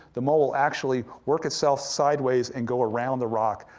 the mole will actually work itself sideways and go around the rock,